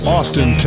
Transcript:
Austin